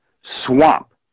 swamp